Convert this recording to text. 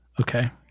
Okay